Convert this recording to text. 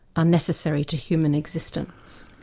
are necessary to human existence.